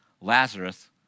Lazarus